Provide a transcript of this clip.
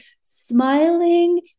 smiling